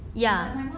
ya